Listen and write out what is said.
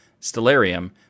Stellarium